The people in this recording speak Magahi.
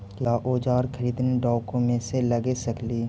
क्या ओजार खरीदने ड़ाओकमेसे लगे सकेली?